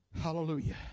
Hallelujah